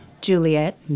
Juliet